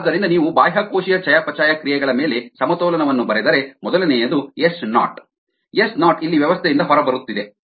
ಆದ್ದರಿಂದ ನೀವು ಬಾಹ್ಯಕೋಶೀಯ ಚಯಾಪಚಯ ಕ್ರಿಯೆಗಳ ಮೇಲೆ ಸಮತೋಲನವನ್ನು ಬರೆದರೆ ಮೊದಲನೆಯದು ಎಸ್ ನಾಟ್ ಎಸ್ ನಾಟ್ ಇಲ್ಲಿ ವ್ಯವಸ್ಥೆಯಿಂದ ಹೊರಬರುತ್ತಿದೆ